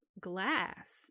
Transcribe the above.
glass